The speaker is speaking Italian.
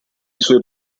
suoi